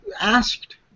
asked